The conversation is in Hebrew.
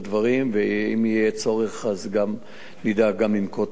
ואם יהיה צורך גם נדע לנקוט נגדם,